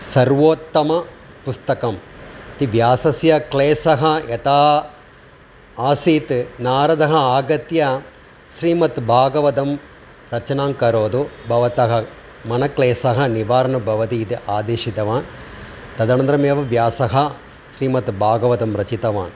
सर्वोत्तमपुस्तकम् इति व्यासस्य क्लेशः यदा आसीत् नारदः आगत्य श्रीमद्भागवतं रचनां करोतु भवतः मनक्लेशः निवारणं भवतीति आदेशितवान् तदनन्तरमेव व्यासः श्रीमद्भागवतं रचितवान्